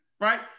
right